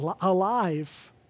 alive